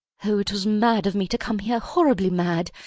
oh! it was mad of me to come here, horribly mad.